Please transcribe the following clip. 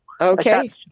Okay